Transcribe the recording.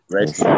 Right